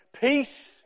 peace